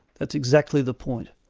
that's exactly the point.